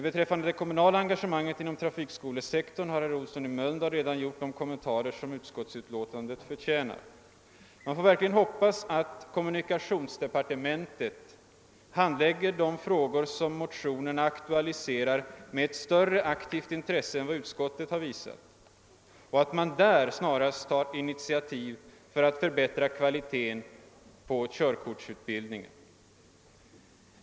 Beträffande det kommunala engagemanget inom trafikskolesektorn har herr Olsson i Mölndal redan gjort de kommentarer som = utskottsutlåtandet förtjänar. Man får verkligen hoppas att kommunikationsdepartementet = handlägger de frågor som motionen aktualiserar med ett större aktivt intresse än vad utskottet har visat och att man där snarast tar initiativ för att förbättra kvaliteten på körkortsutbildningen.